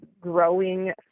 growing